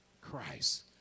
Christ